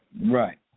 Right